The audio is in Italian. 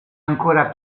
ancora